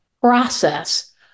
process